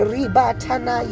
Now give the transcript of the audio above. Ribatana